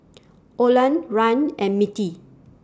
Orland Rand and Mettie